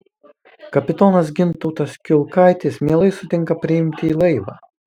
kapitonas gintautas kiulkaitis mielai sutinka priimti į laivą